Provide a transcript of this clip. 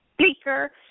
speaker